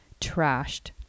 trashed